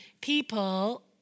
people